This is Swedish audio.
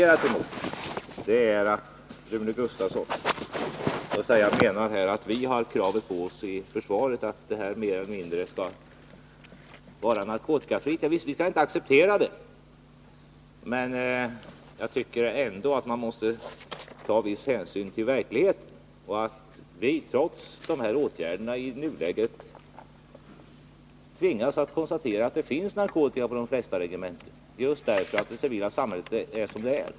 Rune Gustavsson menar att vi har kravet på att försvaret skall vara narkotikafritt. Javisst, vi skall inte acceptera narkotika inom försvaret. Men jag tycker att man måste ta viss hänsyn till verkligheten. I nuläget tvingas vi konstatera att det finns narkotika på de flesta regementen, just därför att det civila samhället är som det är.